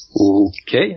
Okay